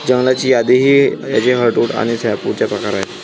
जंगलाची यादी ही त्याचे हर्टवुड आणि सॅपवुडचा प्रकार आहे